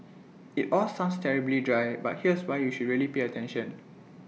IT all sounds terribly dry but here's why you should really pay attention